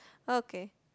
okay